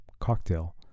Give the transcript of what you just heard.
cocktail